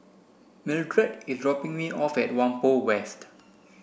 Mildred is dropping me off at Whampoa West